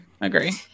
Agree